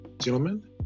Gentlemen